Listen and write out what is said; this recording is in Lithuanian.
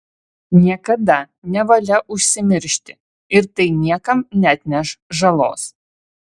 niekada nevalia užsimiršti ir tai niekam neatneš žalos